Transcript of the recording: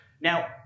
Now